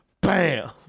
Bam